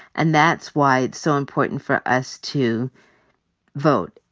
and that's why it's so important for us to vote.